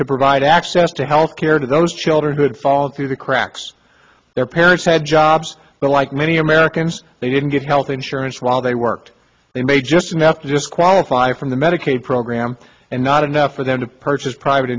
to provide access to health care to those children who had fallen through the cracks their parents had jobs but like many americans they didn't get health insurance while they worked they may just enough to disqualify from the medicaid program and not enough for them to purchase private